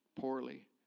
poorly